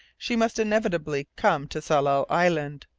she must inevitably come to tsalal island.